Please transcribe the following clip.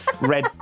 red